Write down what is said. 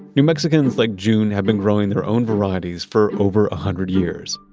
new mexicans like june had been growing their own varieties for over a hundred years,